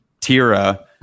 Tira